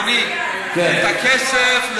אדוני: את הכסף,